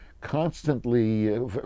constantly